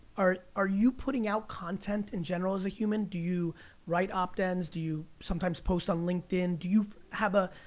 are are you putting out content, in general, as a human? do you write opeds, do you sometimes post on linkedin? do you have a,